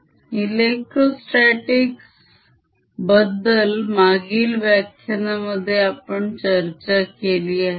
Electrostatics बद्दल मागील व्याख्यानामध्ये आपण चर्चा केली आहे